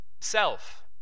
self